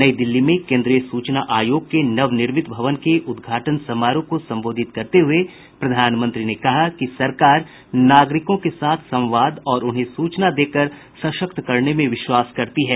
नई दिल्ली में केन्द्रीय सूचना आयोग के नवनिर्मित भवन के उद्घाटन समारोह को संबोधित करते हुए प्रधानमंत्री ने कहा कि सरकार नागरिकों के साथ संवाद और उन्हें सूचना देकर सशक्त करने में विश्वास करती है